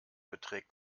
beträgt